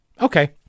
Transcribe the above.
Okay